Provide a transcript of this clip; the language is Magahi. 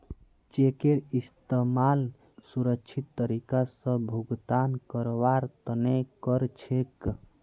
चेकेर इस्तमाल सुरक्षित तरीका स भुगतान करवार तने कर छेक